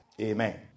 Amen